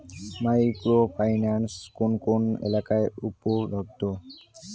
Micro finance কোন কোন এলাকায় উপলব্ধ?